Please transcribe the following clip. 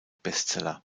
bestseller